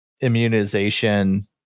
immunization